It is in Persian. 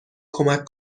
کمک